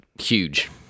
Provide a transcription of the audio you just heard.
huge